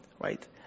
Right